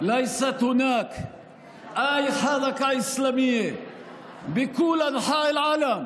אין שום מפלגה אסלאמית בכל רחבי העולם